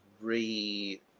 re-